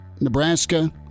Nebraska